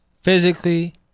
physically